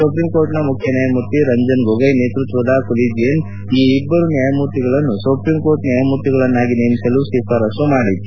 supreme ಕೋರ್ಟ್ನ ಮುಖ್ಯ ನ್ನಾಯಮೂರ್ತಿ ರಂಜನ್ ಗೊಗೊಯ್ ನೇತ್ಪತ್ತದ ಕೊಲಿಜಿಯನ್ ಈ ಇಬ್ಬರು ನ್ಯಾಯಮೂರ್ತಿಗಳನ್ನು ಸುಪ್ರೀಂ ಕೋರ್ಟ್ ನ್ಯಾಯಮೂರ್ತಿಗಳನ್ನಾಗಿ ನೇಮಿಸಲು ಶಿಫಾರಸು ಮಾಡಿತ್ತು